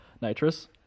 Nitrous